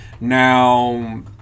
now